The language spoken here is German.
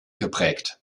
geprägt